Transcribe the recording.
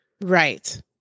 Right